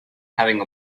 having